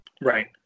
Right